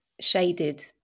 shaded